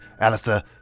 Alistair